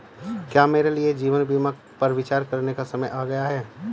क्या मेरे लिए जीवन बीमा पर विचार करने का समय आ गया है?